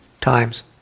times